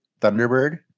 Thunderbird